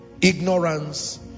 Ignorance